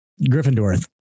Gryffindor